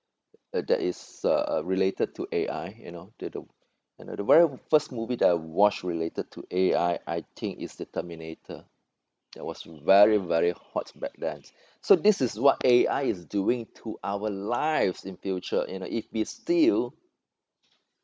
that is uh related to A_I you know to the and the very first movie that I watched related to A_I I think it's the terminator that was very very hot back then so this is what A_I is doing to our lives in future you know if we still